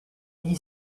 gli